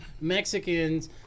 Mexicans